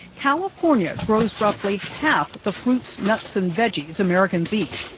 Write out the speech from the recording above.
california grows roughly half the fruits, nuts and veggies americans eat.